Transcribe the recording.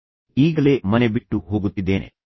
ನಾನು ಈಗಲೇ ಮನೆ ಬಿಟ್ಟು ಹೋಗುತ್ತಿದ್ದೇನೆ